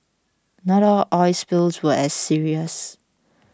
not all oil spills were as serious